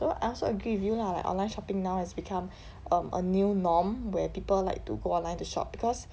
so I also agree with you lah like online shopping now has become a new norm where people like to go online to shop because